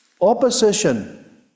opposition